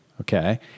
Okay